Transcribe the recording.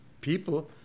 people